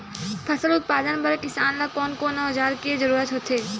फसल उत्पादन बर किसान ला कोन कोन औजार के जरूरत होथे?